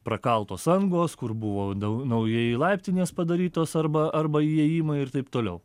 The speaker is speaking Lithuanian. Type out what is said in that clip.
prakaltos angos kur buvo nau naujai laiptinės padarytos arba arba įėjimai ir taip toliau